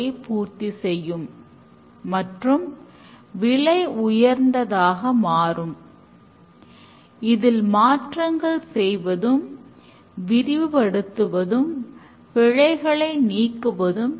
ஆனால் இந்த எக்ஸ்டிரிம் புரோகிரோமில் நாம் தினமும் டெவலப் செய்து அதனை ஒரே நாளில் ஒன்றாக ஒருங்கிணைக்கிறோம்